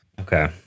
Okay